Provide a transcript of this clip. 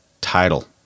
title